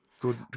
good